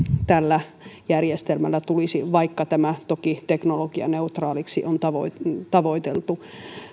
tällä järjestelmällä tulisi vaikka tämä toki teknologianeutraaliksi on tavoiteltu